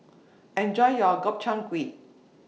Enjoy your Gobchang Gui